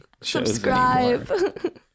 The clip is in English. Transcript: Subscribe